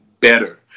better